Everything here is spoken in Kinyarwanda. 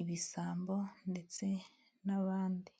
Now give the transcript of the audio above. ibisambo ndetse n'abandi.